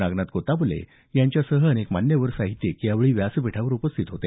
नागनाथ कोत्तापल्ले यांच्यासह अनेक मान्यवर साहित्यिक यावेळी व्यासपीठावर उपस्थित होते